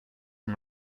and